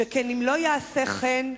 שכן אם לא יעשה כן,